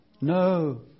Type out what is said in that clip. No